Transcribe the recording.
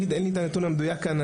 אין לי את הנתון המדויק כאן,